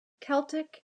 celtic